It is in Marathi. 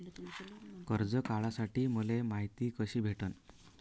कर्ज काढासाठी मले मायती कशी भेटन?